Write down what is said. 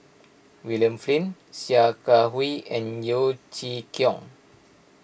William Flint Sia Kah Hui and Yeo Chee Kiong